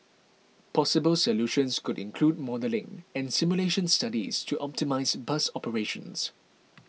possible solutions could include modelling and simulation studies to optimise bus operations